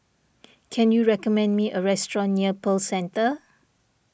can you recommend me a restaurant near Pearl Centre